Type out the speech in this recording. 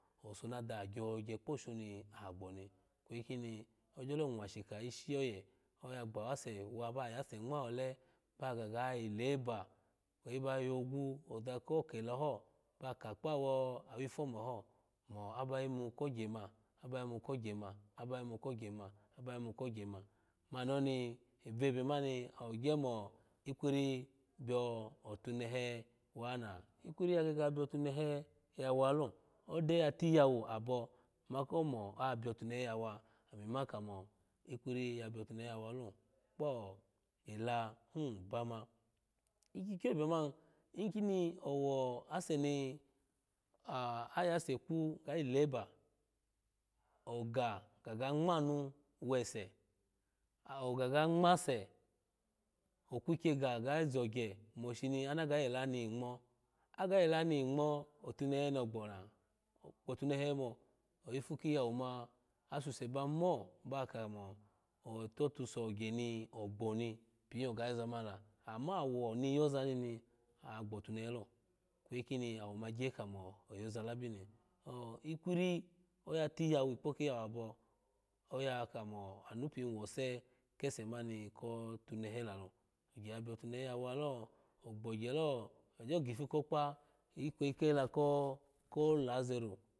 Owenso na daha gyogye kpo shur nu gbo ikweyi koni ogyolo mwashika ishi oye aya gbawase bawa ngma ale baga gayi luba kweyi ba yogwo oza ko kela ho ba ka kpawipuho mo wba yimu kogye ma aba yimu ogya ma aba yimu kogye m ha yimu kogye m mani oni vebe mani ogye mo ikwiri biyo tunehe wa ona ikwori de ya gege ya biyo tunehe ya wa lo ode ya tiyawo abo ma kamo ikwori ya biyo tunehe ya wa lo kpo dahi bama kikyikyo me mni ikini owo ase mi oyase kwu ga leba ogu gu ga ngma mu wese ogagangmase okwiky ga gazogye moshino ana ga yela kye ga gazogye moshino ana ga yela ni ngmo ga yela ni ngmo atunehe nogbola ogbotunehe ibo oyiple kiya wo ma asusu ba mo ba kamo otutoso gye ni ogbo nipo oga yo za mani la amawo ni yoza ni agbo tunehe lo ikweyi kino awo ma gye kamo oyaza labi ni oh ikwiri oya tiyu wita tikpo kiyawo abo aya komo amu biwoshe kese ma ni ko tunehe labo ogye ya biyo tunehe ogbagyelo ogyo gipu kokpi ikweyi kela koko lazeru